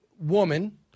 woman